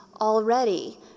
already